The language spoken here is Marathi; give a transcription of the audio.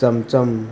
चम चम